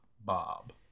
Bob